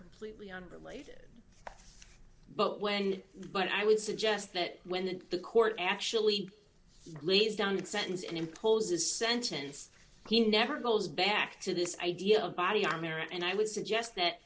completely unrelated but when but i would suggest that when the court actually lays down its sentence and imposes sentence he never goes back to this idea of body armor and i would suggest that